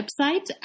website